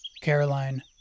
Caroline